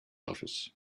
office